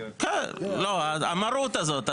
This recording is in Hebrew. לא, המרות הזאת.